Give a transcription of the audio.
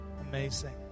amazing